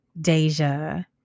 Deja